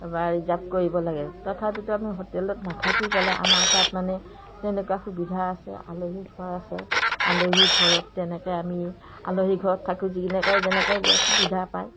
বা ৰিজাৰ্ভ কৰিব লাগে তথাপিতো আমি হোটেলত নাথাকি পেলাই আমাৰ তাত মানে তেনেকুৱা সুবিধা আছে আলহী ঘৰ আছে আলহী ঘৰত তেনেকৈ আমি আলহী ঘৰত থাকোঁ যি যেনেকৈ যেনেকৈ য'ত সুবিধা পায়